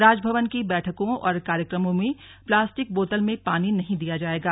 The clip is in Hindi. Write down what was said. राजभवन की बैठकों और कार्यक्रमों में प्लास्टिक बोतल में पानी नहीं दिया जाएगा